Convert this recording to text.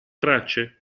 tracce